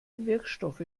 wirkstoffe